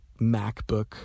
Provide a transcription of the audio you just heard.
MacBook